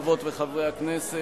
חברות וחברי הכנסת,